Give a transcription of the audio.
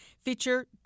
feature